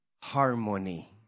harmony